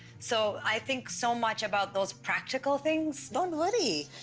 so i think so much about those practical things. don't worry,